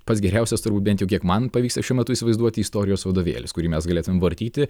pats geriausias turbūt bent jau kiek man pavyksta šiuo metu įsivaizduoti istorijos vadovėlis kurį mes galėtumėm vartyti